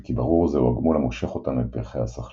אם כי ברור כי זהו הגמול המושך אותן אל פרחי הסחלבים